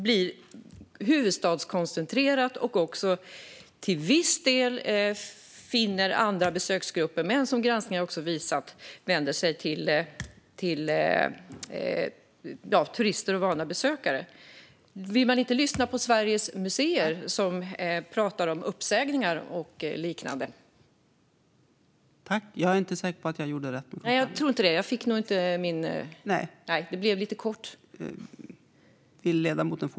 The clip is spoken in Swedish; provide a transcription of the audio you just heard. Fri entré-reformen finner till viss del andra besöksgrupper, men som granskningar har visat vänder den sig främst till turister och valda besökare. Vill man inte lyssna på Sveriges museer, som pratar om uppsägningar och liknande?